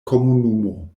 komunumo